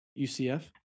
UCF